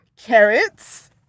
carrots